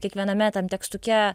kiekviename tam tekstuke